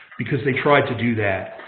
because they tried to do that.